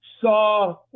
saw